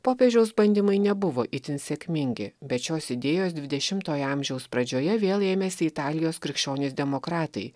popiežiaus bandymai nebuvo itin sėkmingi bet šios idėjos dvidešimtojo amžiaus pradžioje vėl ėmėsi italijos krikščionys demokratai